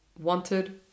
wanted